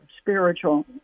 spiritual